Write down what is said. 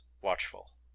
watchful